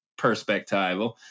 perspectival